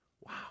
Wow